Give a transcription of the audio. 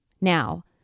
Now